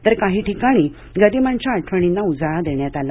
तर काही ठिकाणी गदिमांच्या आठवणींना उजाळा देण्यात आला